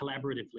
collaboratively